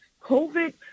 COVID